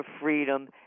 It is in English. freedom